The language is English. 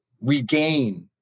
regain